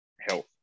health